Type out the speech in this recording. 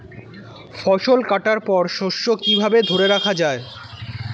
ফসল কাটার পর শস্য কিভাবে ধরে রাখা য়ায়?